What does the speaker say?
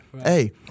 Hey